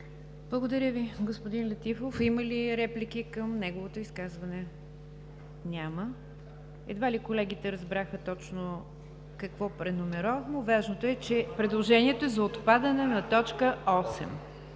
Благодаря Ви, господин Летифов. Има ли реплики към неговото изказване? Едва ли колегите разбраха какво преномерираме, но важното е предложението за отпадане на точка 8.